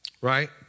Right